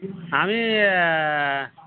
আমি